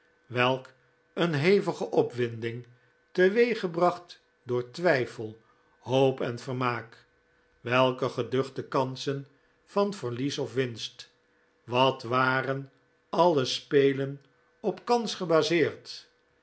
welk een hevige opwinding teweeggebracht door twijfel hoop en vermaak welke geduchte kansen van verlies of winst wat waren alle spelen op kans gebaseerd